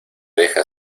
deja